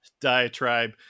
diatribe